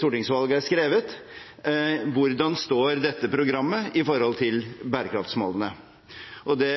stortingsvalg er skrevet: Hvordan står dette programmet i forhold til bærekraftsmålene? Det